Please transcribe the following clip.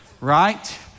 right